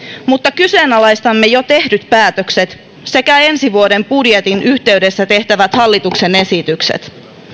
mutta kyseenalaistamme jo tehdyt päätökset sekä ensi vuoden budjetin yhteydessä tehtävät hallituksen esitykset